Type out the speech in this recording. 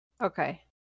Okay